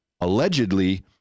allegedly